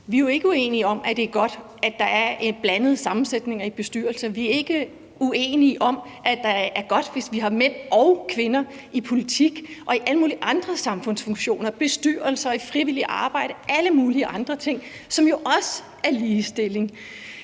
Vi er jo ikke uenige om, at det er godt, at der er en blandet sammensætning i bestyrelser, vi er ikke uenige om, at det er godt, hvis vi har mænd og kvinder i politik og i alle mulige andre samfundsfunktioner, i bestyrelser, i frivilligt arbejde, alle mulige andre ting, som jo også er ligestilling.